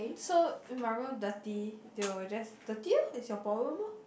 so if my room dirty they will just dirty lor it's your problem lor